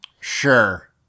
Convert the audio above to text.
Sure